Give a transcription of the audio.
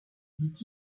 dit